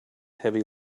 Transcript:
heavy